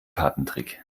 kartentrick